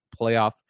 playoff